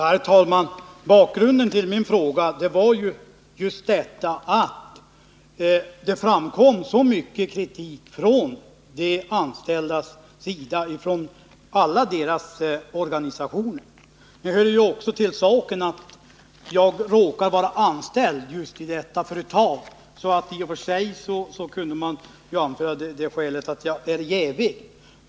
Herr talman! Bakgrunden till min fråga var just att det framkommit så mycket kritik från de anställda och deras organisationer. Det hör också till saken att jag råkar vara anställd i det företag som frågan gäller, så i och för sig kunde man anföra att jag är jävig.